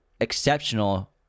exceptional